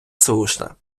слушна